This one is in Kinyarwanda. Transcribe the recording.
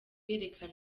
yereka